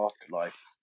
afterlife